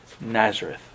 Nazareth